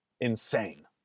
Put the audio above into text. insane